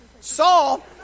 Saul